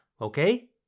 okay